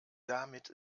damit